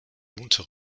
lunte